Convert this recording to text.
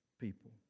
people